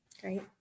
Great